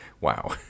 wow